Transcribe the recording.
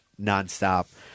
nonstop